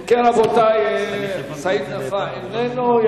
אם כן, רבותי, סעיד נפאע איננו.